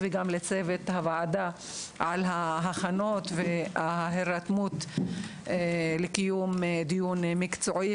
וגם לצוות הוועדה על ההכנות וההירתמות לקיום דיון מקצועי,